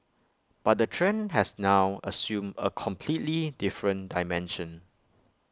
but the trend has now assumed A completely different dimension